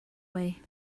way